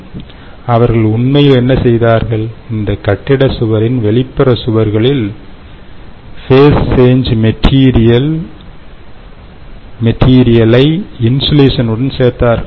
எனவே அவர்கள் உண்மையில் என்ன செய்தார்கள் இந்த கட்டிட சுவரின் வெளிப்புற சுவர்களில் ஃபேஸ் சேஞ் மெட்டீரியலை இன்சுலேஷன் உடன் சேர்த்தார்கள்